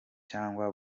cyangwa